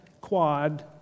quad